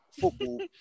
football